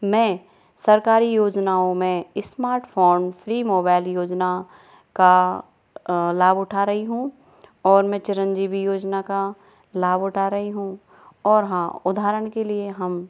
मैं सरकारी योजनाओं मे स्मार्ट फोन फ्री मोबाईल योजना का लाभ उठा रही हूँ और मैं चिरंजीवी योजना का लाभ उठा रही हूँ और हाँ उदाहरण के लिए हम